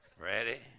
Ready